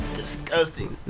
disgusting